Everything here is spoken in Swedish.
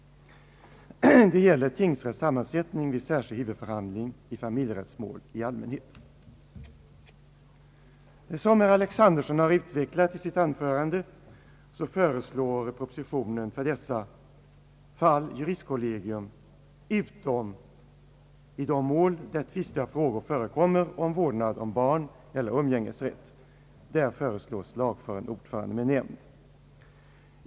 Det gäller tingsrätts sammansättning vid särskild huvudförhandling i familjerättsmål i allmänhet. Som herr Alexanderson har utvecklat i sitt anförande föreslår propositionen för dessa fall juristkollegium utom i de mål där tvistiga frågor förekommer om vårdnad av barn eller umgängesrätt. Där föreslås lagfaren ordförande med nämnd.